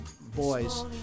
boys